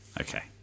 Okay